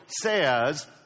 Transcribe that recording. Says